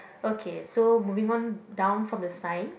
okay so moving on down from the sign